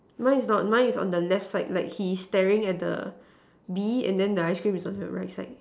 mine is not mine is on the left side like he's staring at the B and the ice cream is on her left side